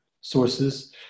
sources